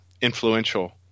influential